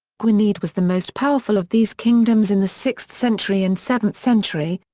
gwynedd was the most powerful of these kingdoms in the sixth century and seventh century,